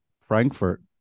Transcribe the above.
Frankfurt